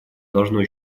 должно